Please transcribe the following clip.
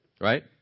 Right